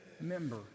member